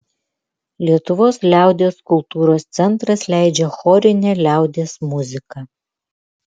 lietuvos liaudies kultūros centras leidžia chorinę liaudies muziką